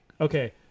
okay